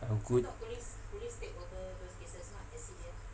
a good